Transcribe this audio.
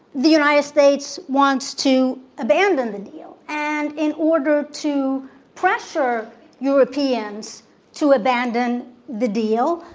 the united states wants to abandon the deal. and in order to pressure europeans to abandon the deal,